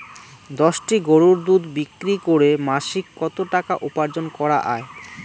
দশটি গরুর দুধ বিক্রি করে মাসিক কত টাকা উপার্জন করা য়ায়?